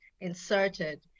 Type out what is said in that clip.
inserted